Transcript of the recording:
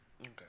Okay